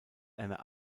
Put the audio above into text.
einer